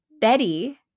Betty